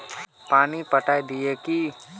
पानी पटाय दिये की?